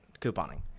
couponing